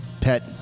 pet